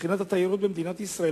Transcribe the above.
מבחינת התיירות במדינת ישראל,